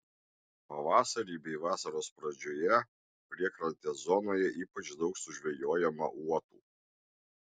pavasarį bei vasaros pradžioje priekrantės zonoje ypač daug sužvejojama uotų